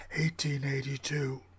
1882